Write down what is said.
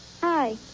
Hi